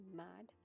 mad